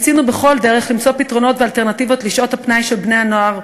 ניסינו בכל דרך למצוא פתרונות ואלטרנטיבות לשעות הפנאי של בני-הנוער,